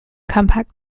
compact